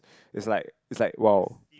is like is like !wow!